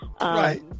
Right